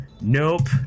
nope